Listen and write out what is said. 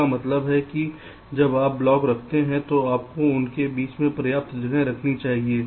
इसका मतलब है कि जब आप ब्लॉक रखते हैं तो आपको उनके बीच में पर्याप्त जगह रखनी चाहिए